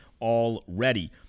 already